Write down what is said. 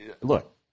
look